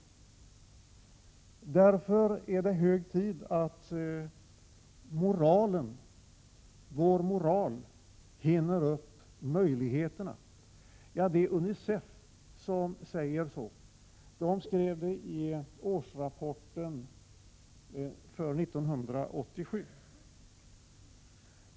Enligt 1987 års rapport från UNICEF är det hög tid att vår moral hinner upp möjligheterna.